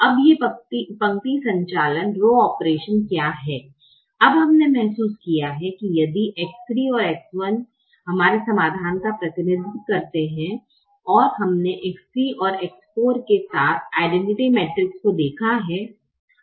अब ये पंक्ति संचालन क्या हैं अब हमने महसूस किया कि यदि X 3 और X 1 हमारे समाधान का प्रतिनिधित्व करते है और हमने X 3और X 4 के साथ आइडैनटिटि मैट्रिक्स को देखा है